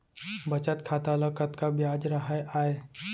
बचत खाता ल कतका ब्याज राहय आय?